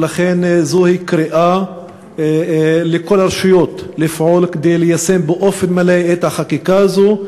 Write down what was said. ולכן זוהי קריאה לכל הרשויות לפעול כדי ליישם באופן מלא את החקיקה הזאת.